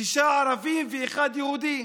שישה ערבים ואחד יהודי.